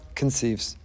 conceives